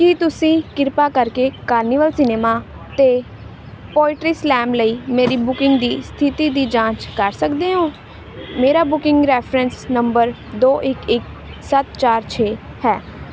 ਕੀ ਤੁਸੀਂ ਕਿਰਪਾ ਕਰਕੇ ਕਾਰਨੀਵਲ ਸਿਨੇਮਾ 'ਤੇ ਪੋਇਟਰੀ ਸਲੈਮ ਲਈ ਮੇਰੀ ਬੁਕਿੰਗ ਦੀ ਸਥਿਤੀ ਦੀ ਜਾਂਚ ਕਰ ਸਕਦੇ ਹੋ ਮੇਰਾ ਬੁਕਿੰਗ ਰੈਫਰੈਂਸ ਨੰਬਰ ਦੋ ਇੱਕ ਇੱਕ ਸੱਤ ਚਾਰ ਛੇ ਹੈ